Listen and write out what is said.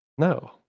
No